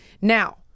now